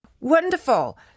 Wonderful